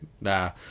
nah